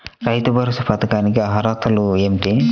రైతు భరోసా పథకానికి అర్హతలు ఏమిటీ?